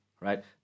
Right